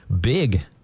big